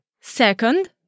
Second